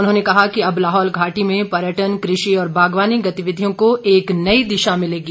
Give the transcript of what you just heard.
उन्होंने कहा कि अब लाहौल घाटी में पर्यटन कृषि और बागवानी गतिविधियों को एक नई दिशा मिलेगी